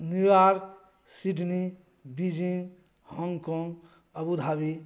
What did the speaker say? New York Sydney Beijing Hong Kong Abu Dhabi